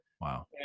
Wow